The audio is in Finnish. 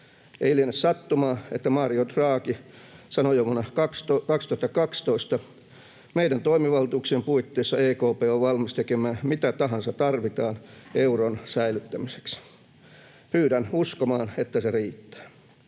Ei liene sattumaa, että Mario Draghi sanoi jo vuonna 2012: ”Meidän toimivaltuuksien puitteissa EKP on valmis tekemään mitä tahansa tarvitaan euron säilyttämiseksi. Pyydän uskomaan, että se riittää.”